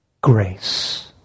Grace